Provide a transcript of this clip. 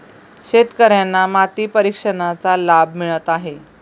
शेतकर्यांना माती परीक्षणाचा लाभ मिळत आहे